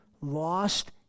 lost